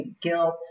guilt